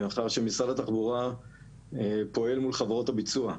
מאחר שמשרד התחבורה פועל מול חברות הביצוע.